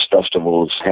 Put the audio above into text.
festivals